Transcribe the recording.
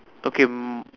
okay um